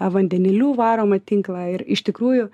vandeniliu varomą tinklą ir iš tikrųjų